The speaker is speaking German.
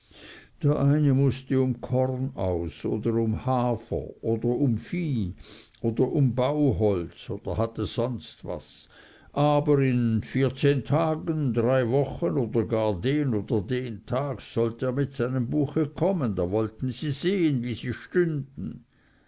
der eine mußte um korn aus oder um hafer oder um vieh oder um bauholz oder hatte sonst was aber in vierzehn tagen drei wochen oder gar den oder den tag sollte er mit seinem buche kommen da wollten sie sehen wie sie stünden